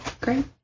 great